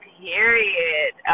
period